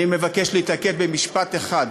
אני מבקש להתעכב במשפט אחד: